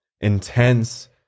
intense